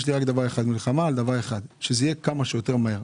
יש לי מלחמה רק על דבר אחד: שזה יהיה כמה שיותר מהר.